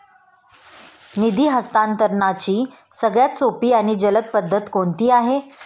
निधी हस्तांतरणाची सगळ्यात सोपी आणि जलद पद्धत कोणती आहे?